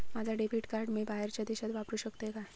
माझा debit card मी बाहेरच्या देशात वापरू शकतय काय?